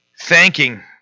Thanking